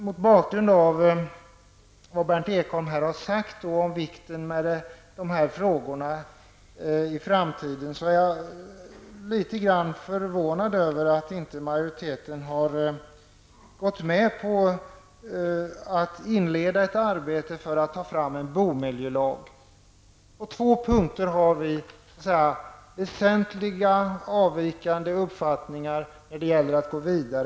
Mot bakgrund av vad Berndt Ekholm sade här om vikten av dessa frågor i framtiden är jag litet förvånad över att inte majoriteten har gått med på att inleda ett arbete för att ta fram en bomiljölag. På två punkter har vi väsentliga avvikande uppfattningar när det gäller att gå vidare.